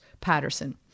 Patterson